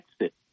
exit